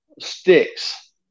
sticks